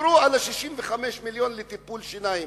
דיברו על 65 מיליון לטיפול שיניים.